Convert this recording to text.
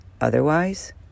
Otherwise